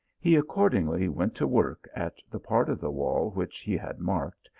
he accordingly went to work at the part of the wall which he had marked,